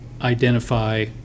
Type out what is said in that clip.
identify